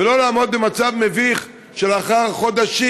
ולא לעמוד במצב מביך שלאחר חודשים,